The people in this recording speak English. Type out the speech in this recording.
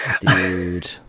dude